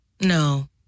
No